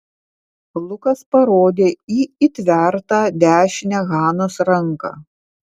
lukas parodė į įtvertą dešinę hanos ranką